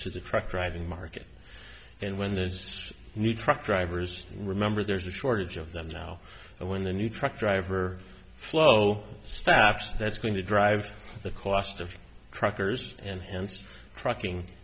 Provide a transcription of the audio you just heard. to the truck driving market and when there is a new truck drivers remember there's a shortage of them now and when the new truck driver flow stops that's going to drive the cost of truckers and hence trucking